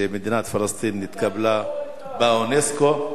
שמדינת פלסטין נתקבלה לאונסק"ו.